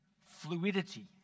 fluidity